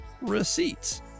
receipts